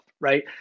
right